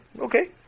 Okay